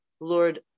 Lord